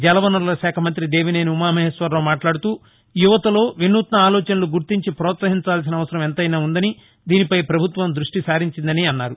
జలవనరులశాఖ మంత్రి దేవినేని ఉమామహేశ్వరరావు మాట్లాడుతూ యువతలో వినూత్న ఆలోచనలు గుర్తించి ప్రోత్సహించాల్సిన అవసరం ఎంతైనా ఉందని దీనిపై ప్రభుత్వం దృష్ఠి సారించిందని అన్నారు